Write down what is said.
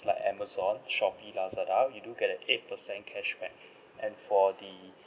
like amazon shopee lazada we do get a eight percent cashback and for the